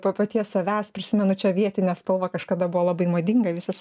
pa paties savęs prisimenu čia avietinę spalvą kažkada buvo labai madinga visas